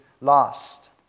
last